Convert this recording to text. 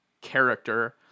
character